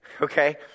Okay